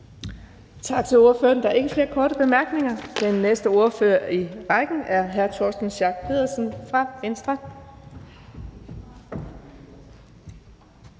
Tak til ordføreren. Der er ikke flere korte bemærkninger. Den næste ordfører i rækken er hr. Torsten Schack Pedersen fra Venstre.